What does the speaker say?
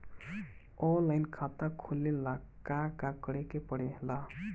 Online खाता खोले ला का का करे के पड़े ला?